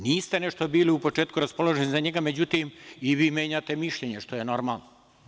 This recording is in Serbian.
Niste nešto bili u početku raspoloženi za njega, međutim i vi menjate mišljenje, što je normalno.